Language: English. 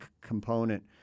component